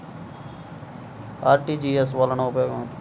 RTGS వలన ఉపయోగం ఏమిటీ?